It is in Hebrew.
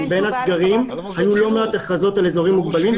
בין הסגרים היו לא מעט הכרזות על אזורים מוגבלים.